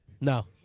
No